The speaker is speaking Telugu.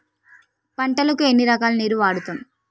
పంటలకు ఎన్ని రకాల నీరు వాడుతం?